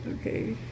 Okay